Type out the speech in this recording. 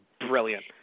brilliant